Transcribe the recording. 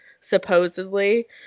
supposedly